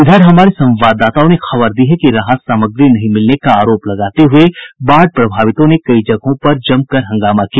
इधर हमारे संवाददाताओं ने खबर दी है कि राहत सामग्री नहीं मिलने का आरोप लगाते हुये बाढ़ प्रभावितों ने कई जगहों पर जमकर हंगामा किया